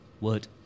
word